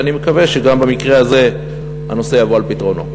אני מקווה שגם במקרה הזה הנושא יבוא על פתרונו.